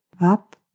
up